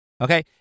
Okay